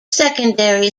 secondary